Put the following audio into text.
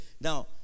Now